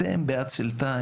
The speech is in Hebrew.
אתם עושים בעצלתיים.